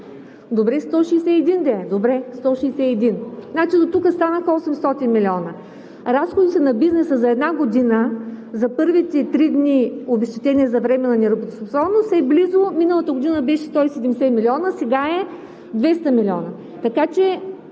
Добре, 161 да е, добре – 161, значи дотук станаха 800 милиона. Разходите на бизнеса за една година, за първите три дни обезщетение за временна нетрудоспособност е близо – миналата година беше 170 милиона, сега е 200 милиона,